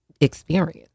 experience